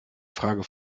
frage